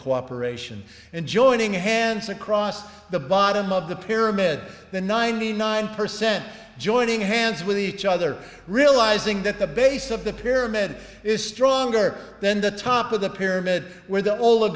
cooperation and joining hands across the bottom of the pyramid the ninety nine percent joining hands with each other realizing that the base of the pyramid is stronger than the top of the pyramid where the